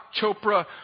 Chopra